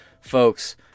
Folks